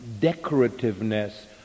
decorativeness